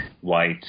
white